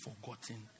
forgotten